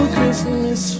Christmas